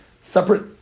separate